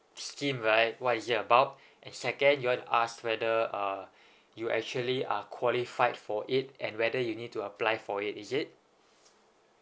scheme right what is it about and second you want to ask whether uh you actually are qualified for it and whether you need to apply for it is it